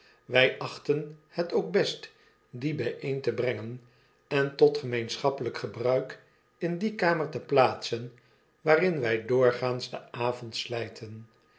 wy achtten het ook best die byeen te brengen en tot gemeenschappelyk gebruik in die kamer te plaatsen waarin wi doorgaans den avondslijten